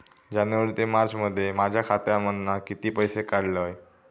जानेवारी ते मार्चमध्ये माझ्या खात्यामधना किती पैसे काढलय?